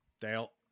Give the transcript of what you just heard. Dale